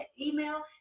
email